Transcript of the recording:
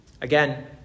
Again